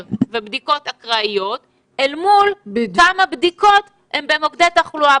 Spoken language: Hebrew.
ובדיקות אקראיות אל מול כמה בדיקות הן במוקדי תחלואה?